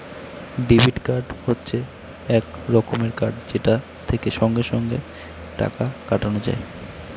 debit card হচ্ছে এক রকমের কার্ড যেটা থেকে সঙ্গে সঙ্গে টাকা কাটানো যায়